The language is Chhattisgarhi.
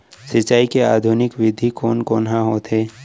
सिंचाई के आधुनिक विधि कोन कोन ह होथे?